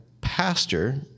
pastor